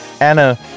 Anna